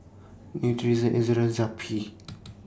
Nutren Z Ezerra Zappy